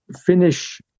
finish